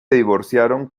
divorciaron